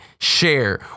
share